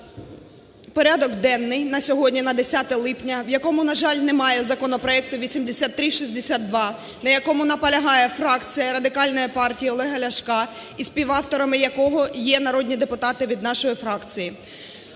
порядок денний на сьогодні, на 10 липня, в якому, на жаль, немає законопроекту 8362, на якому наполягає фракція Радикальної партії Олега Ляшка і співавторами якого є народні депутати від нашої фракції.